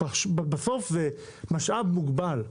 בסוף זה משאב מוגבל.